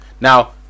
Now